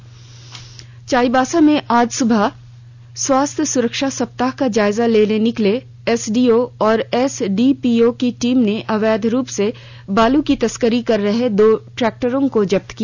संक्षिप्त खबरें चाईबासा में आज सुबह स्वास्थ्य सुरक्षा सप्ताह का जायजा लेने निकले एसडीओ और एसडीपीओ की टीम ने अवैध रूप से बालू की तस्करी कर रहे दो ट्रैक्टरों को जब्त किया